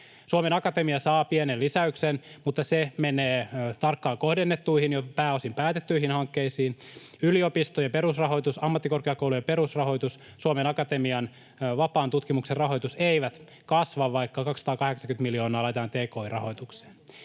Suomen Akatemia saa pienen lisäyksen, mutta se menee tarkkaan kohdennettuihin, jo pääosin päätettyihin hankkeisiin. Yliopistojen perusrahoitus, ammattikorkeakoulujen perusrahoitus, Suomen Akatemian vapaan tutkimuksen rahoitus eivät kasva, vaikka 280 miljoonaa laitetaan tki-rahoitukseen.